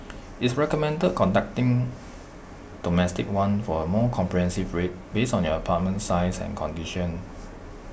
it's recommended contacting domestic one for A more comprehensive rate based on your apartment size and condition